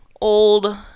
old